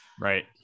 right